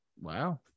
wow